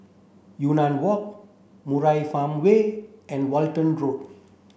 Yunnan Walk Murai Farmway and Walton Road